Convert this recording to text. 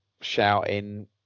shouting